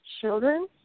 children